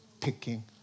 picking